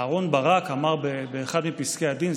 אהרן ברק אמר באחד מפסקי הדין,